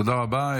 תודה רבה.